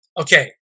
Okay